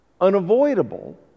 unavoidable